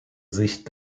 sicht